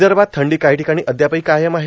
विदर्भात थंडी काही ठिकाणी अद्यापही कायम आहे